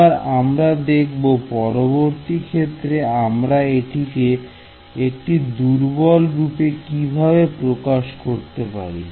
এবার আমরা দেখব পরবর্তী ক্ষেত্রে আমরা এটিকে একটি দুর্বল রূপে কিভাবে প্রকাশ করতে পারি